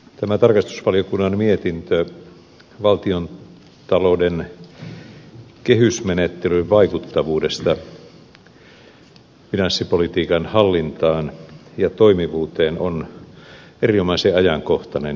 tämä tarkastusvaliokunnan mietintö valtiontalouden kehysmenettelyn vaikuttavuudesta finanssipolitiikan hallintaan ja toimivuuteen on erinomaisen ajankohtainen